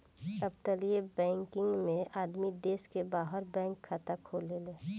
अपतटीय बैकिंग में आदमी देश के बाहर बैंक खाता खोलेले